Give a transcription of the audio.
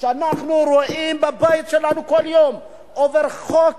אנחנו רואים בבית שלנו כל יום שעובר חוק